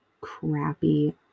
crappy